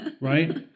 Right